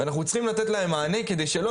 אנחנו צריכים לתת להם מענה כדי שלא